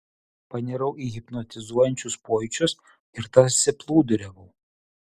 panirau į hipnotizuojančius pojūčius ir tarsi plūduriavau